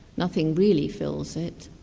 nothing really fills it.